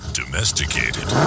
domesticated